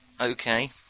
Okay